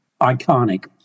iconic